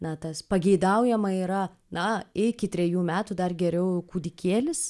na tas pageidaujama yra na iki trejų metų dar geriau kūdikėlis